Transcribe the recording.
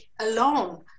alone